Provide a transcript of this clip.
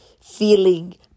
feeling